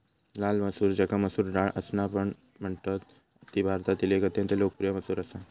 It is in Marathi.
लाल मसूर ज्याका मसूर डाळ असापण म्हणतत ती भारतातील एक अत्यंत लोकप्रिय मसूर असा